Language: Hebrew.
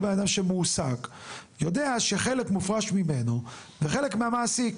כל בן אדם שמועסק יודע שחלק מופרש ממנו וחלק מהמעסיק.